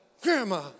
Grandma